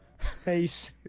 space